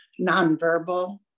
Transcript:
nonverbal